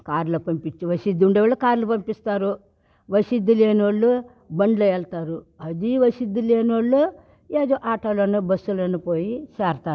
కార్లో పంపిచ్చి వసిద్ధి ఉన్నోళ్ళు కార్లో పంపిస్తారు వసిద్ది లేనోళ్ళు బండ్లో వెళ్తారు అదీ వసిద్ధి లేనోళ్ళు ఏదో ఆటోల్లోను బస్సుల్లోను పోయి చేరతారు